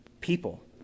people